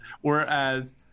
Whereas